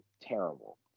terrible